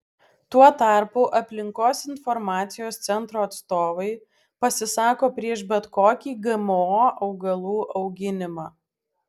tuo tarpu aplinkos informacijos centro atstovai pasisako prieš bet kokį gmo augalų auginimą